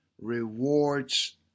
rewards